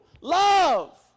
Love